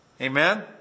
Amen